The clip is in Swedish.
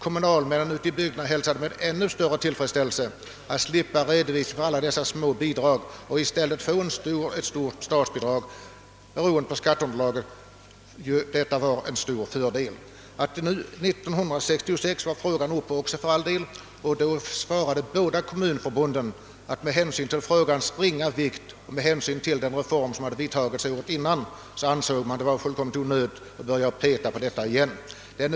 Kommu nalmännen ute i bygderna hälsade med ännu större tillfredsställelse tillfället att slippa redovisa alla dessa små bidrag och i stället få ett stort statsbidrag, beroende av skatteunderlaget. Detta var en stor fördel. År 1966 var frågan också uppe, och då yttrade båda kommunförbunden att det med hänsyn till frågans ringa vikt och den reform som hade vidtagits föregående år var fullkomligt onödigt att börja peta på den igen.